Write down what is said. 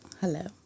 Hello